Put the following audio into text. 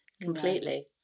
completely